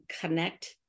connect